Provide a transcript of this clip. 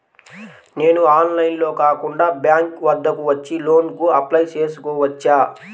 నేను ఆన్లైన్లో కాకుండా బ్యాంక్ వద్దకు వచ్చి లోన్ కు అప్లై చేసుకోవచ్చా?